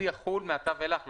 הוא יחול מעתה ואילך.